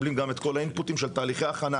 מקבלים גם את כל האינפוטים של תהליכי הכנה,